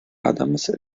adams